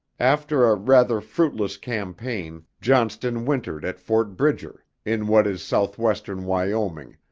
after a rather fruitless campaign, johnston wintered at fort bridger, in what is southwestern wyoming,